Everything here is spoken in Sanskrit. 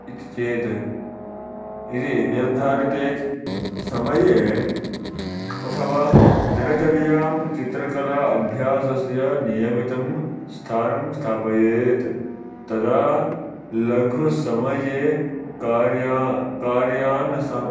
इति चेत् यदि निर्धारिते समये अथवा दिनचर्यां चित्रकला अभ्यासस्य नियमितं स्थानं स्थापयेत् तदा लघुसमये कार्यं कार्याणं सः